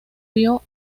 vio